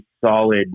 solid